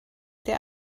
der